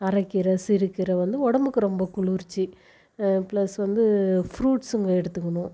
அரை கீரை சிறு கீரை வந்து உடம்புக்கு ரொம்ப குளிர்ச்சி பிளஸ் வந்து ஃப்ரூட்ஸுங்க எடுத்துக்கணும்